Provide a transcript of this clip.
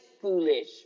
foolish